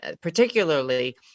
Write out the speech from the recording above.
particularly